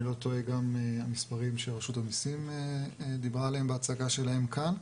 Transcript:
לא טועה גם המספרים שרשות המיסים דיברה עליהם בהצגה שלהם כאן.